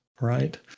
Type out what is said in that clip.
right